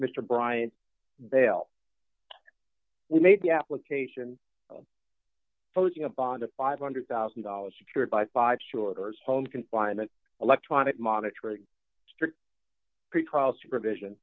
mr bryant bail we made the application posing a bond of five hundred thousand dollars secured by five shorter's home confinement electronic monitoring strict pretrial supervision